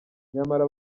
nyamara